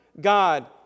God